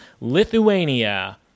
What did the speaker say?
Lithuania